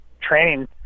training